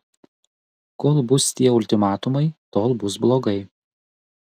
kol bus tie ultimatumai tol bus blogai